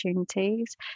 opportunities